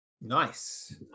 Nice